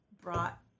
brought